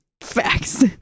facts